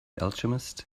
alchemist